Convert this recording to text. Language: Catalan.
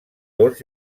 dos